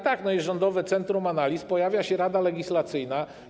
Tak, jest Rządowe Centrum Analiz, pojawia się Rada Legislacyjna.